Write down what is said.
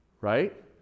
right